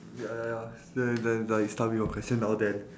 ya ya ya same then like start with your question now then